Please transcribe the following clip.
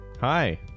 Hi